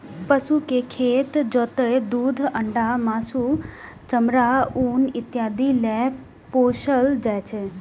पशु कें खेत जोतय, दूध, अंडा, मासु, चमड़ा, ऊन इत्यादि लेल पोसल जाइ छै